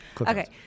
Okay